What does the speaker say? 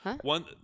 one